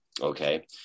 Okay